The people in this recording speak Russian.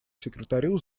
секретарю